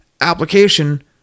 application